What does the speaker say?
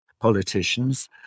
politicians